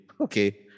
Okay